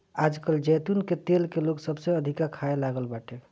आजकल जैतून के तेल के लोग सबसे अधिका खाए लागल बाटे